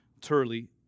Turley